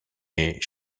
est